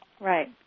right